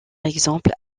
exemple